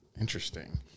Interesting